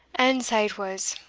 and sae it was,